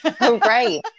Right